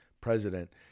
president